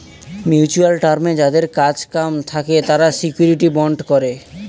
mutual টার্মে যাদের কাজ কাম থাকে তারা শিউরিটি বন্ড করে